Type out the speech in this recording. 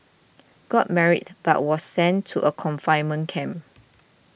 got married but was sent to a confinement camp